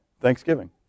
Thanksgiving